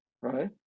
right